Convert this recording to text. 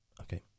Okay